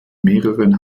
mehreren